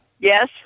Yes